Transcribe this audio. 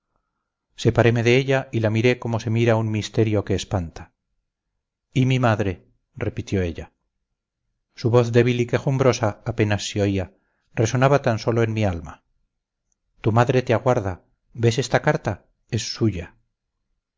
separeme de ella y la miré como se mira un misterio que espanta y mi madre repitió ella su voz débil y quejumbrosa apenas se oía resonaba tan sólo en mi alma tu madre te aguarda ves esta carta es suya